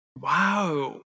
Wow